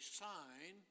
sign